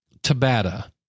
Tabata